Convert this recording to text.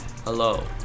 Hello